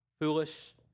foolish